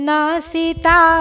Nasita